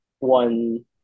one